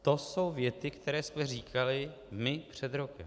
To jsou věty, které jsme říkali my před rokem.